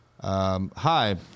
Hi